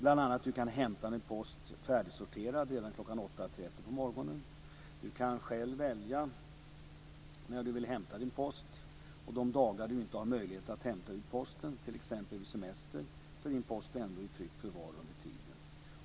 Man kan bl.a. hämta sin post färdigsorterad redan kl. 8.30 på morgonen. Man kan själv välja när man vill hämta sin post. De dagar man inte har möjlighet att hämta ut posten, t.ex. vid semester, är posten ändå i tryggt förvar under tiden.